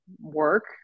work